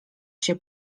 się